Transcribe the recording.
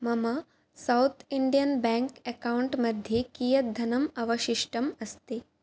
मम South Indian bank account मध्ये कियत् धनम् अवशिष्टम् अस्ति